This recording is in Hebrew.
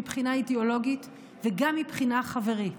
מבחינה אידיאולוגית וגם מבחינה חברית.